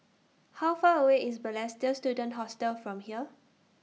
How Far away IS Balestier Student Hostel from here